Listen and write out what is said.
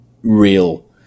real